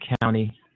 County